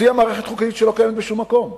מציע מערכת חוקתית שלא קיימת בשום מקום.